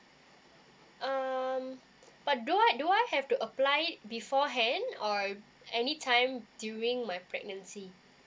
um but do I do I have to apply it beforehand or any time during my pregnancy